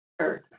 earth